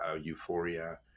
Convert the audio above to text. euphoria